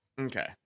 Okay